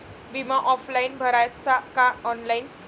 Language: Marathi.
बिमा ऑफलाईन भराचा का ऑनलाईन?